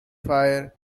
fire